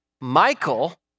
Michael